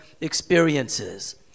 experiences